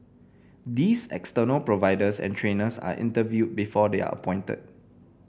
these external providers and trainers are interviewed before they are appointed